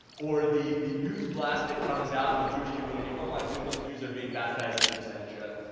or the the news blast that comes out in the jewish community, oh, my goodness, jews are being baptized in absentia.